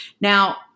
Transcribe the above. Now